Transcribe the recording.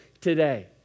today